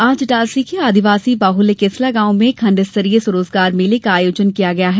आज इटारसी के आदिवासी बाहुल्य केसला गांव में खण्ड स्तरीय स्व रोजगार मेले का आयोजन किया गया है